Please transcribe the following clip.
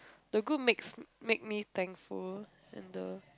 the good makes make me thankful and the